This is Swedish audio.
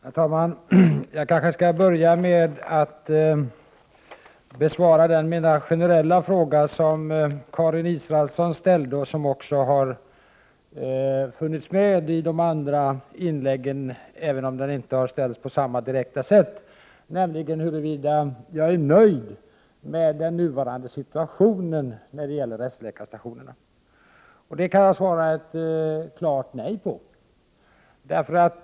Herr talman! Jag kanske skall börja med att besvara den mera generella fråga som Karin Israelsson ställde och som också har funnits med i de andra inläggen, även om den inte har ställts på samma direkta sätt, nämligen huruvida jag är nöjd med den nuvarande situationen när det gäller rättsläkarstationerna. Jag kan svara ett klart nej på den frågan.